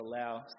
allow